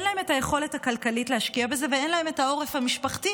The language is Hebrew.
להן היכולת הכלכלית להשקיע בזה ואין להן העורף המשפחתי